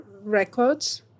Records